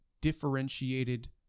differentiated